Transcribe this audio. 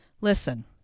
Listen